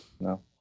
No